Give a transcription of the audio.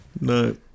No